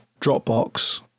Dropbox